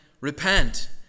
Repent